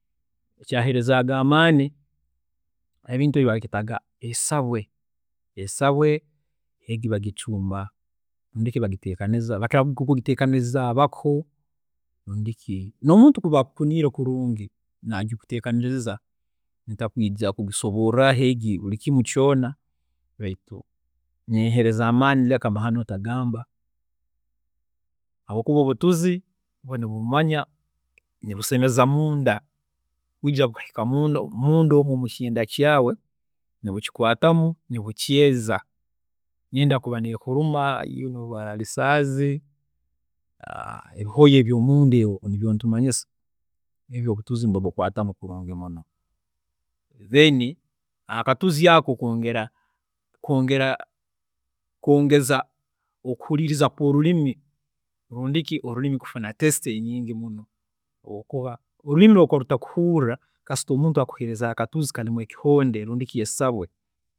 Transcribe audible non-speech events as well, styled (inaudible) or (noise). Ekyaaheerezaaga amaani ebintu ebi bagyeetaga esabwe, esabwe egi bagicumba, egi bagiteekaniza, bakira kugiteekaniriza abako rundi ki n'omuntu kuba akukuniire kulungi, naagikuteekaniririza ntakwiija kugibsoboorraho egi buli kimu kyoona baitu neeheereza amaani reka mahano ntagamba habwookuba obutuzi ubwo nibumanya, nibusemeza munda, kwija kuhika munda omu mukyenda kyaawe, nibukikwaatamu nibukyeeza enda kuba neekuluma, iwe nooba oyina ulcers, (hesitation) ebihooya eby'omunda ebi, obutuzi bubikwaataho muno. Then akatuzi ako, kongera kongera kongeza okuhuriiriza kw'orurimi rundi ki olurimi kufuna test enyingi muno habwookuba olurimi obu rukuba rutakuhuurra kasita omuntu akuheereza akatuzi karumu ekihonde rundi ki esabwe